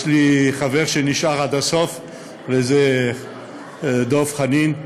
יש לי חבר שנשאר עד הסוף והוא דב חנין,